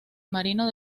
marino